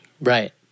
Right